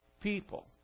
people